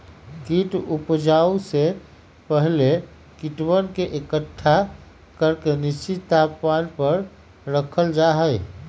कीट उपजाऊ में पहले कीटवन के एकट्ठा करके निश्चित तापमान पर रखल जा हई